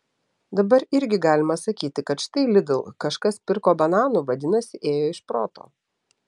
dabar irgi galima sakyti kad štai lidl kažkas pirko bananų vadinasi ėjo iš proto